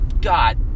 God